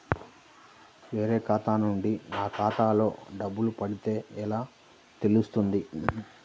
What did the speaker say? వేరే ఖాతా నుండి నా ఖాతాలో డబ్బులు పడితే ఎలా తెలుస్తుంది?